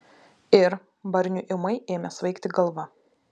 ir barniui ūmai ėmė svaigti galva